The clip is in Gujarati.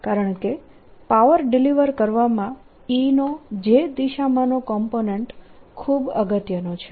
કારણકે પાવર ડિલીવર કરવામાં E નો J દિશામાંનો કોમ્પોનેન્ટ ખૂબ અગત્યનો છે